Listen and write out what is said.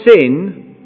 sin